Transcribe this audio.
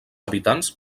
habitants